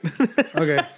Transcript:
Okay